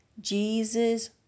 Jesus